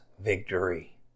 victory